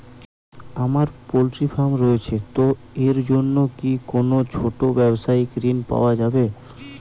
আমার poultry farm রয়েছে তো এর জন্য কি কোনো ছোটো ব্যাবসায়িক ঋণ পাওয়া যাবে?